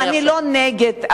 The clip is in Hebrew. אני לא נגד,